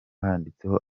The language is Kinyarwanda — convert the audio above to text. handitseho